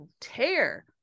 tear